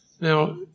Now